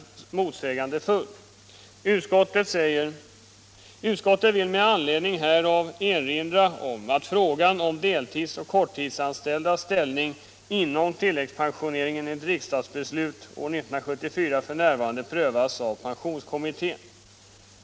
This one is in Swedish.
Utskottet säger vid behandlingen av det yrkande som vi ställt i vår motion: ”Utskottet vill med anledning härav erinra om att frågan om deltidsoch korttidsanställdas ställning inom tilläggspensioneringen enligt riksdagsbeslut år 1974 f. n. prövas av pensionskommittén.